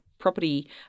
property